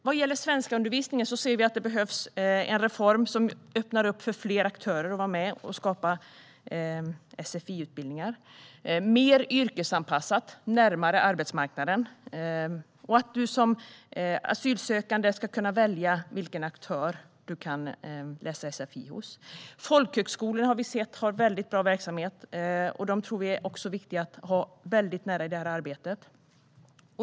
Vad gäller svenskundervisningen ser vi att det behövs en reform som öppnar för fler aktörer att vara med och skapa sfi-utbildningar. Det ska vara mer yrkesanpassat och vara närmare arbetsmarknaden. Du som asylsökande ska kunna välja vilken aktör du ska läsa sfi hos. Vi har sett att folkhögskolor har en väldigt bra verksamhet. Vi tror att det är viktigt att ha dem väldigt nära i detta arbete.